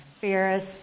Ferris